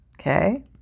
Okay